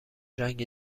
رنگ